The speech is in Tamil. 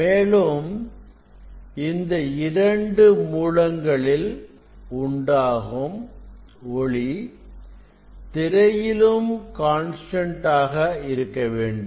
மேலும் இந்த இரண்டு மூலங்களில் உண்டாகும் ஒளி திரையிலும் கான்ஸ்டன்ட் ஆக இருக்க வேண்டும்